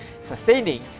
sustaining